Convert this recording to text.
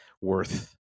worth